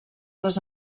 les